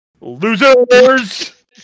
Losers